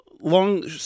long